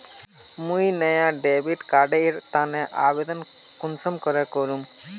मुई नया debit card एर तने आवेदन कुंसम करे करूम?